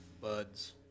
buds